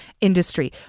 industry